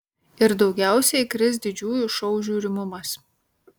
ir daugiausiai kris didžiųjų šou žiūrimumas